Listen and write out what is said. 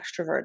extroverted